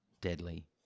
deadly